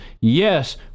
Yes